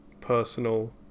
Personal